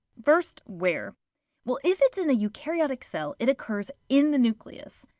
first where well if it's in a eukaryotic cell, it occurs in the nucleus.